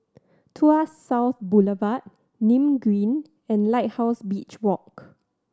Tuas South Boulevard Nim Green and Lighthouse Beach Walk